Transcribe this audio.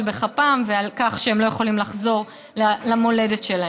בכפם ועל כך שהם לא יכולים לחזור למולדת שלהם.